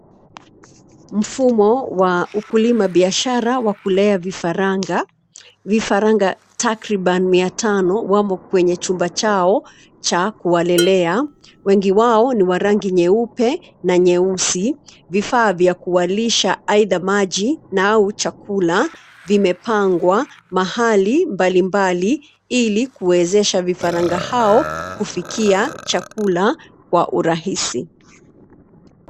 Mfumo wa ukulima biashara wa kulea vifaranga. Vifaranga takriban mia tano wamo kwenye chumba chao cha kuwalelea. Wengine wao ni wa rangi nyeupe na nyeusi, vifaa vya kuwalisha aidha maji au chakula vimepangwa mahali mbali mbali ili kuwezesha vifaranga hao kufikia chakula kwa urahisi.